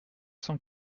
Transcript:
cent